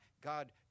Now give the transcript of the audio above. God